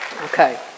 Okay